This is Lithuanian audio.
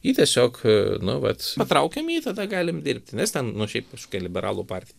jį tiesiog nu vat patraukiam jį tada galim dirbti nes ten nu šiaip kažkokia liberalų partija